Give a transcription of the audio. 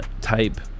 type